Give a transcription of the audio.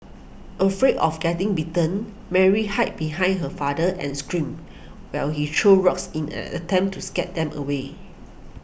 afraid of getting bitten Mary hid behind her father and screamed while he threw rocks in an attempt to scare them away